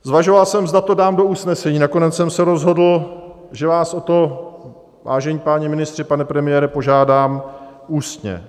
Zvažoval jsem, zda to dám do usnesení, nakonec jsem se rozhodl, že vás o to, vážení páni ministři, pane premiére, požádám ústně.